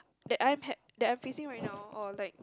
that I'm had that I'm facing right now or like